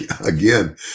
again